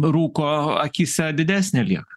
rūko akyse didesnė lieka